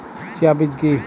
Chia বীজ কী?